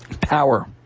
power